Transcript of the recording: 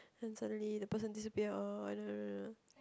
then suddenly the person disappear uh